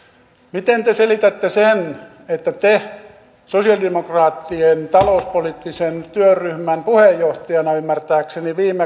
miten te selitätte sen että te sosialidemokraattien talouspoliittisen työryhmän puheenjohtajana ymmärtääkseni viime